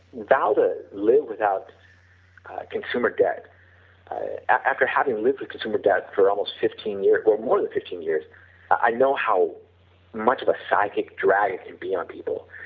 ah live without consumer debt after having lived with consumer debt for almost fifteen years, well more than fifteen years i know how much of a psychic drag it can be on people,